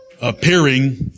appearing